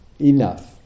enough